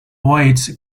weight